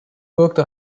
wirkte